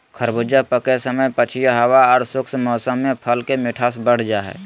खरबूजा पके समय पछिया हवा आर शुष्क मौसम में फल के मिठास बढ़ जा हई